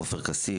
חה"כ עופר כסיף,